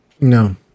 No